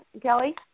Kelly